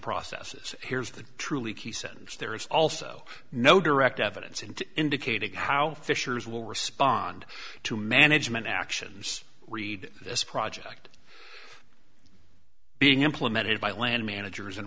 processes here's the truly key sense there is also no direct evidence and indicating how fishers will respond to management actions read this project being implemented by land managers in